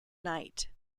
night